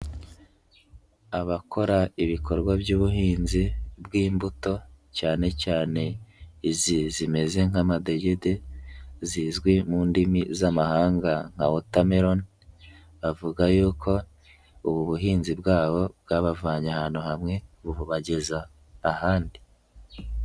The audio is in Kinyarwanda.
Abakora ibikorwa by'ubuhinzi bw'imbuto cyane cyane izi zimeze nk'amadegede, zizwi mu ndimi z'amahanga nka wotameloni, bavuga y'uko ubu buhinzi bwabo bwabavanye ahantu hamwe bubageza ahandi.